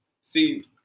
See